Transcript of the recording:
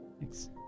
Thanks